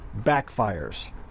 backfires